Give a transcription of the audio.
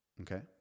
okay